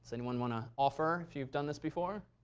anyone want to offer if you've done this before?